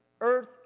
earth